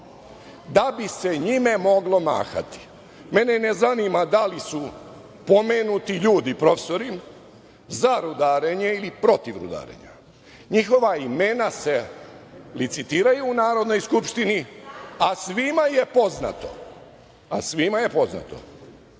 da bi se njime moglo mahati, mene ne zanima da li su pomenuti ljudi profesori za rudarenje ili protiv rudarenja njihova imena se licitiraju u Narodnoj skupštini, a svima je poznato da je